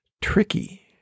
Tricky